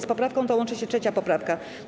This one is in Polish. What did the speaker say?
Z poprawką tą łączy się 3. poprawka.